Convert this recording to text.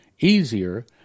easier